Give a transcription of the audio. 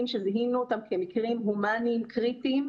שזיהינו אותם כמקרים הומניים קריטיים.